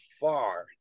far